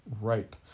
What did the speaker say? ripe